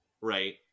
Right